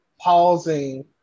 pausing